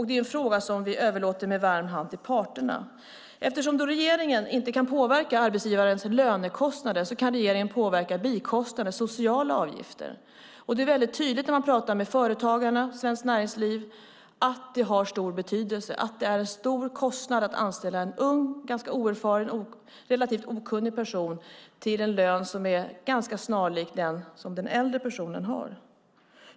Det är en fråga som vi överlåter med varm hand till parterna. Regeringen kan inte påverka arbetsgivarens lönekostnader, men regeringen kan påverka bikostnader och sociala avgifter. Det är väldigt tydligt när man talar med Företagarna och Svenskt Näringsliv att det har stor betydelse. Det är en stor kostnad att anställa en ung ganska oerfaren och relativt okunnig person till en lön som är ganska snarlik den som den äldre personen har.